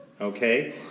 Okay